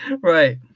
Right